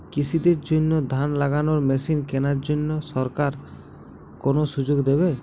কৃষি দের জন্য ধান লাগানোর মেশিন কেনার জন্য সরকার কোন সুযোগ দেবে?